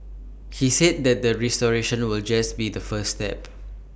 he said that the restoration will just be the first step